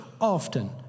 Often